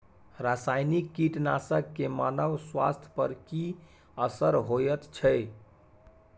रसायनिक कीटनासक के मानव स्वास्थ्य पर की असर होयत छै?